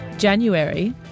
January